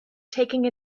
taking